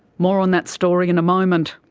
more on that story in a moment.